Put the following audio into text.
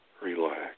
relax